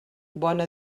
bona